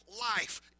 life